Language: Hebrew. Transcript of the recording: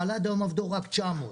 אבל עד היום עבדו רק 900 אנשים,